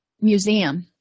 museum